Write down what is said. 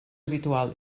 habitual